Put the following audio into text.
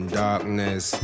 darkness